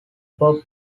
bob